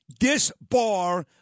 Disbar